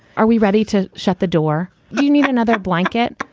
are we ready to shut the door? do you need another blanket?